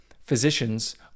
physicians